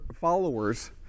followers